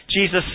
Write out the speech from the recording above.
Jesus